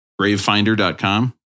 Gravefinder.com